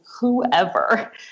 whoever